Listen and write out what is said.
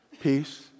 Peace